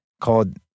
called